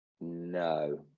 No